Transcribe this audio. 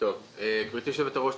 גברתי יושבת-הראש,